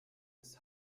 ist